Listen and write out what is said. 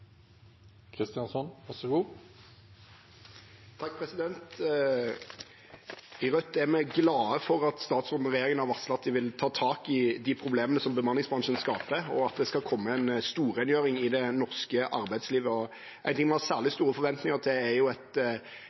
vi glade for at statsråden og regjeringen har varslet at de vil ta tak i de problemene som bemanningsbransjen skaper, og at det skal komme en storrengjøring i det norske arbeidslivet. En ting vi har særlig store forventninger til, er et forbud mot bruk av bemanningsbransjen innenfor byggenæringen i Oslofjord-regionen, som vi ser fram til at er